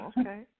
okay